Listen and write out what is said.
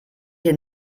hier